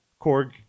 Korg